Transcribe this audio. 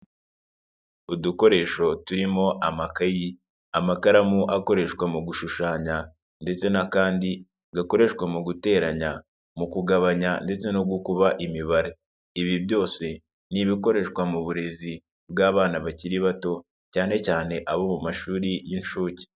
Udukoresho turimo amakayi, amakaramu akoreshwa mu gushushanya ndetse n'akandi gakoreshwa mu guteranya, mu kugabanya ndetse no gukuba imibare, ibi byose ni ibikoreshwa mu burezi bw'abana bakiri bato, cyane cyane abo mu mashuri y'inshuke.